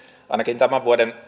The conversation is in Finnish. ainakin tämän vuoden